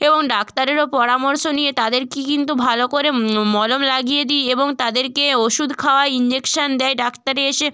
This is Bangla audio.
এবং ডাক্তারেরও পরামর্শ নিয়ে তাদেরকে কিন্তু ভালো করে মলম লাগিয়ে দিই এবং তাদেরকে ওষুধ খাওয়াই ইঞ্জেকশান দেয় ডাক্তারে এসে